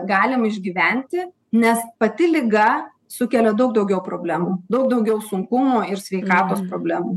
galima išgyventi nes pati liga sukelia daug daugiau problemų daug daugiau sunkumų ir sveikatos problemų